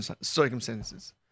circumstances